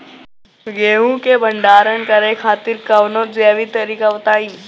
गेहूँ क भंडारण करे खातिर कवनो जैविक तरीका बताईं?